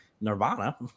nirvana